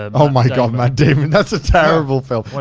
ah oh my god, matt damon. that's a terrible film.